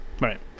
Right